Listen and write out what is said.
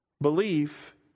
belief